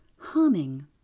humming